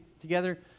together